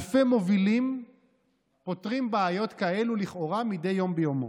אלפי מובילים פותרים בעיות כאלה לכאורה מדי יום ביומו.